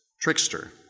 trickster